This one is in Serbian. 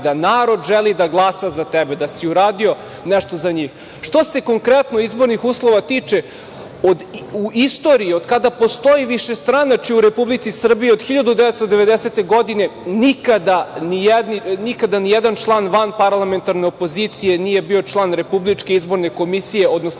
da narod želi da glasa za tebe, da si uradio nešto za njih. Što se konkretno izbornih uslova tiče, u istoriji od kada postoji višestranačje u Republici Srbiji, od 1990. godine nikada ni jedan član vanparlamentarne opozicije nije bio član Republičke izborne komisije, odnosno